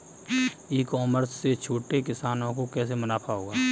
ई commerce से छोटे किसानों को कैसे मुनाफा होगा?